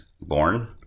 born